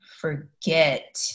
forget